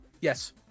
Yes